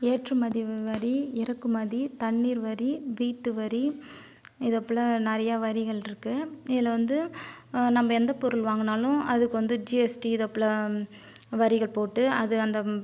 ஏற்றுமதி வரி இறக்குமதி தண்ணீர் வரி வீட்டு வரி இது போல நிறைய வரிகள் இருக்கு இதில் வந்து நம்ப எந்த பொருள் வாங்குனாலும் அதுக்கு வந்து ஜிஎஸ்டி இது போல வரிகள் போட்டு அது அந்த